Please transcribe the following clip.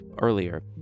earlier